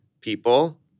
people